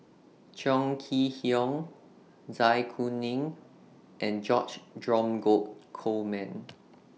Chong Kee Hiong Zai Kuning and George Dromgold Coleman